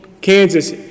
Kansas